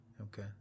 Okay